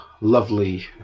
lovely